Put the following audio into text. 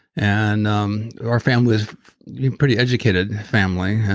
and um our family is pretty educated family.